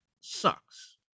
sucks